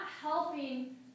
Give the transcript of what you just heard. helping